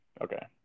Okay